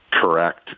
correct